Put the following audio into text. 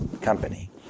company